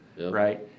right